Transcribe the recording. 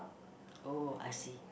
oh I see